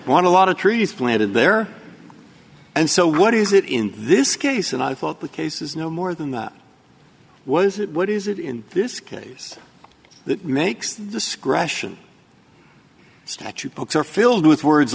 to lot of trees planted there and so what is it in this case and i thought the case is no more than that was it what is it in this case that makes discretion statute books are filled with words